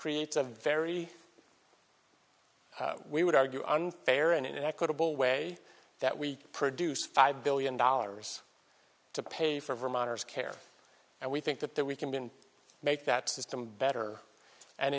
creates a very we would argue unfair and in an equitable way that we produce five billion dollars to pay for vermonters care and we think that that we can make that system better and